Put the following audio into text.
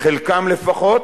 חלקם לפחות,